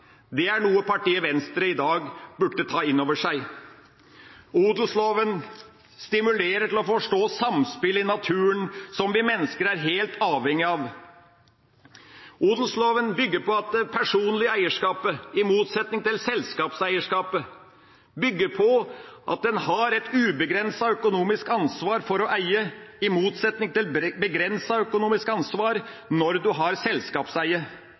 Det er noe partiet Venstre i dag burde ta inn over seg. Odelsloven stimulerer til å forstå samspillet i naturen, som vi mennesker er helt avhengig av. Odelsloven bygger på at en med personlig eierskap har et ubegrenset økonomisk ansvar for å eie, i motsetning til et begrenset økonomisk ansvar når en har selskapseie.